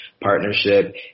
partnership